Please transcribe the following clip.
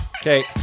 Okay